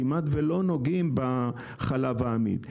כמעט שלא נוגעים בחלב העמיד,